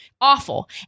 Awful